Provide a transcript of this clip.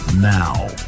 Now